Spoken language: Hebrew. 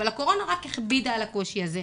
אבל הקורונה רק הכבידה על הקושי הזה.